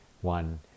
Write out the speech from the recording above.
one